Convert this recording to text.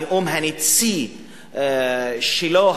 הנאום הנצי שלו,